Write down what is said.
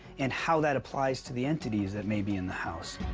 and how that applies to the entities that may be in the house.